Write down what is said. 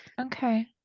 Okay